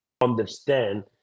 understand